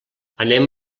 anem